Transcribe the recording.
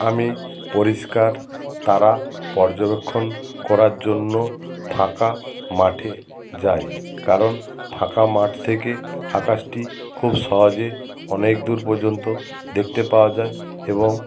আমি পরিষ্কার তারা পর্যবেক্ষণ করার জন্য ফাঁকা মাঠে যাই কারণ ফাঁকা মাঠ থেকে আকাশটি খুব সহজে অনেক দূর পর্যন্ত দেখতে পাওয়া যায় এবং